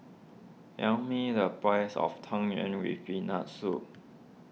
tell me the price of Tang Yuen with Peanut Soup